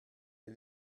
les